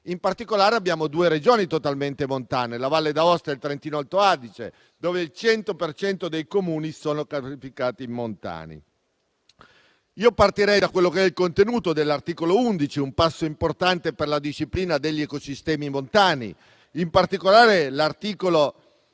In particolare, abbiamo due Regioni totalmente montane, la Valle d'Aosta e il Trentino Alto Adige, dove il 100 per cento dei Comuni è classificato montano. Partirei dal contenuto dell'articolo 11, un passo importante per la disciplina degli ecosistemi montani. In particolare, l'articolo in